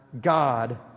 God